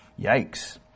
Yikes